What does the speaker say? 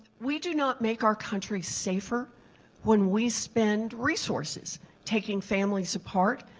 we do not make our country safer when we spend resources taking families apart.